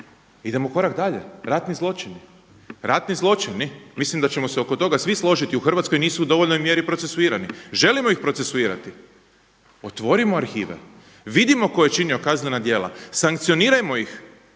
Idemo korak dalje, ratni zločini. Ratni zločini mislim da ćemo se oko toga svi složiti, u Hrvatskoj nisu u dovoljnoj mjeri procesuirani. Želimo ih procesuirati. Otvorimo arhive, vidimo tko je činio kaznena djela, sankcionirajmo ih